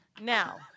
Now